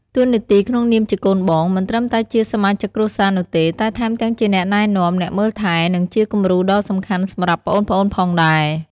តួនាទីក្នុងនាមជាកូនបង មិនត្រឹមតែជាសមាជិកគ្រួសារនោះទេ តែថែមទាំងជាអ្នកណែនាំ អ្នកមើលថែ និងជាគំរូដ៏សំខាន់សម្រាប់ប្អូនៗផងដែរ។